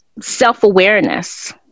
self-awareness